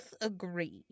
agreed